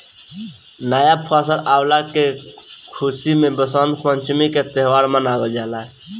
नया फसल अवला के खुशी में वसंत पंचमी के त्यौहार मनावल जाला